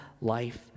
life